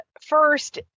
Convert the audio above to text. first